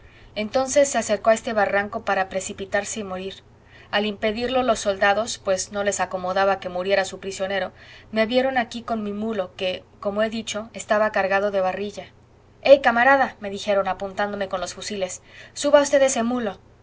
entonces se acercó a este barranco para precipitarse y morir al impedirlo los soldados pues no les acomodaba que muriera su prisionero me vieron aquí con mi mulo que como he dicho estaba cargado de barrilla eh camarada me dijeron apuntándome con los fusiles suba v ese mulo